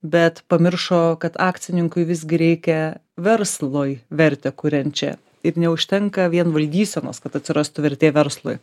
bet pamiršo kad akcininkui visgi reikia verslui vertę kuriančią ir neužtenka vien valdysenos kad atsirastų vertė verslui